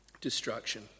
destruction